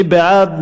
מי בעד?